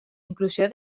inclusió